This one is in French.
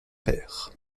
père